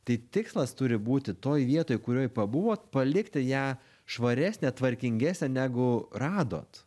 tai tikslas turi būti toj vietoj kurioj pabuvo palikti ją švaresnę tvarkingesnę negu radot